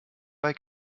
bei